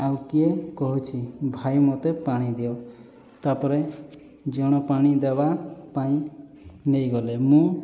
ଆଉ କିଏ କହୁଛି ଭାଇ ମୋତେ ପାଣି ଦିଅ ତା'ପରେ ଜଣେ ପାଣି ଦେବା ପାଇଁ ନେଇଗଲେ ମୁଁ